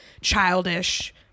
childish